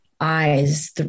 eyes